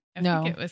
No